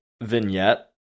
vignette